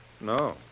No